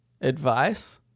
advice